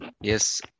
Yes